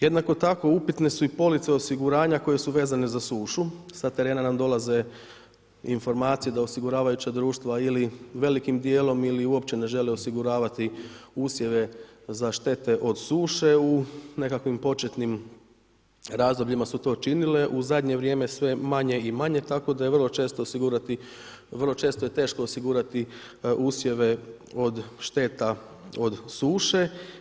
Jednako tako upitne su i police osiguranja koje su vezane za sušu, sa terena nam dolaze informacije da osiguravajuća društva ili velikim djelom ili uopće ne žele osiguravati usjeve za štete od suše u nekakvim početnim razdobljima su to činile, u zadnje vrijeme sve manje i manje tako da je vrlo često je teško osigurati usjeve od šteta od suše.